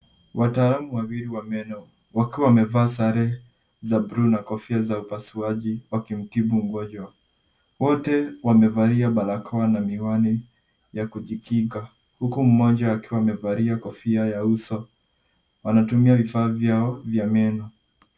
Wataalamu wawili wa meno wakiwa wamevaa sare za bluu na kofia za upasuaji wakimtibu mgonjwa. Wote wamevalia barakoa na miwani ya kujikinga huku mmoja akiwa amevalia kofia ya uso. Wanatumia vifaa vyao vya meno.